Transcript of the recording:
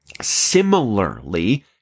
similarly